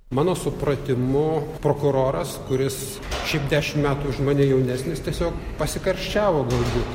mano supratimu prokuroras kuris šiaip dešim metų už mane jaunesnis tiesiog pasikarščiavo galbūt